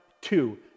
two